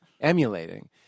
emulating